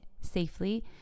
safely